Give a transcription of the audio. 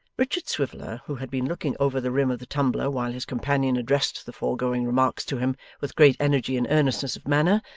richard swiveller, who had been looking over the rim of the tumbler while his companion addressed the foregoing remarks to him with great energy and earnestness of manner,